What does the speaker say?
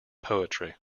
poetry